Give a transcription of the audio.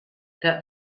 that